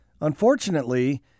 Unfortunately